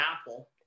apple